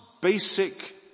basic